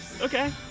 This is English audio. okay